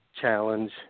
challenge